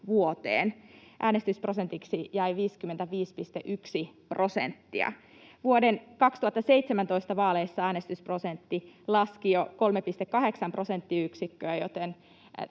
vuoteen: äänestysprosentiksi jäi 55,1 prosenttia. Vuoden 2017 vaaleissa äänestysprosentti laski jo 3,8 prosenttiyksikköä, joten